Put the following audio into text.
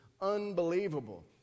unbelievable